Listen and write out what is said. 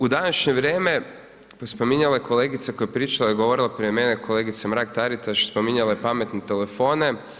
U današnje vrijeme, spominjala je kolega koja je pričala i govorila prije mene, kolegica Mrak-Taritaš, spominjala je pametne telefone.